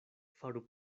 faru